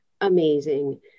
amazing